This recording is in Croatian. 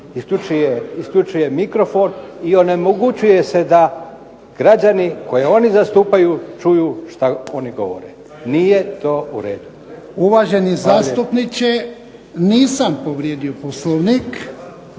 isključuje mikrofon, i onemogućuje se da građani koje oni zastupaju čuju šta oni govore. Nije to u redu. **Jarnjak, Ivan (HDZ)** Uvaženi zastupniče, nisam povrijedio Poslovnik,